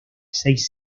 seis